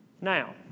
Now